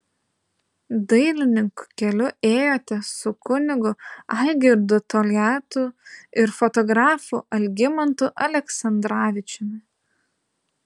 dailininkų keliu ėjote su kunigu algirdu toliatu ir fotografu algimantu aleksandravičiumi